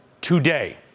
today